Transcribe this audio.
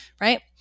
Right